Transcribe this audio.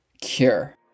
Cure